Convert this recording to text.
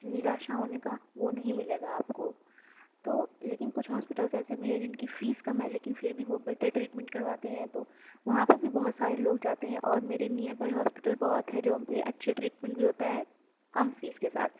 نِراشا ہونے کا وہ نہیں مِلے گا آپ کو تو لیکن کچھ ہاسپٹلز ایسے بھی ہیں جِن کی فِیس کم ہے لیکن پھر وہ بیٹر ٹریٹمینٹ کرواتے ہیں تو وہاں پے بھی بہت سارے لوگ جاتے ہیں اور میرے نیر بائی ہاسپٹل بہت ہے جو پے اچھے ٹریٹمینٹ بھی ہوتا ہے کم فِیس کے ساتھ